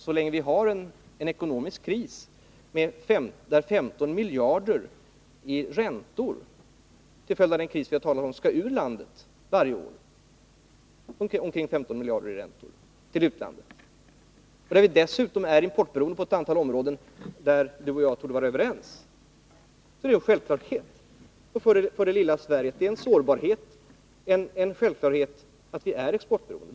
Så länge vi har en ekonomisk kris som innebär att omkring 15 miljarder i räntor skall ut ur landet varje år, och därvid dessutom är importberoende på ett antal områden — vilket vi torde vara överens om — är det en självklarhet att det lilla Sverige är sårbart, att vi är exportberoende.